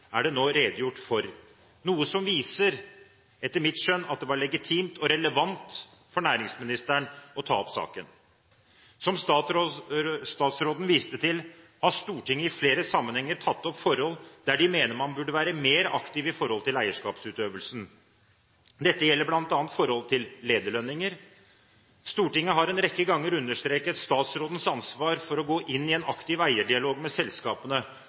er det nå redegjort for, noe som viser, etter mitt skjønn, at det var legitimt og relevant for næringsministeren å ta opp saken. Som statsråden viste til, har Stortinget i flere sammenhenger tatt opp forhold der de mener man burde være mer aktive i forhold til eierskapsutøvelsen. Dette gjelder bl.a. forholdet til lederlønninger. Stortinget har en rekke ganger understreket statsrådens ansvar for å gå inn i en aktiv eierdialog med selskapene,